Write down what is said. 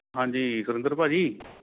ਹਾਂਜੀ ਸੁਰਿੰਦਰ ਭਾਅ ਜੀ